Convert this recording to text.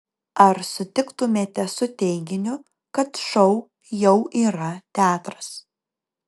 ar sutiktumėte su teiginiu kad šou jau yra teatras